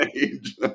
age